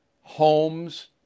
homes